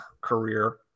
career